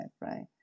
Right